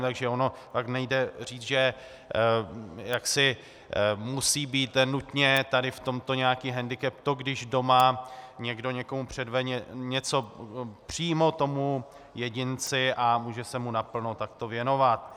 Takže ono pak nejde říci, že musí být nutně tady v tomto nějaký hendikep to, když doma někdo někomu předvede něco, přímo tomu jedinci, a může se mu naplno takto věnovat.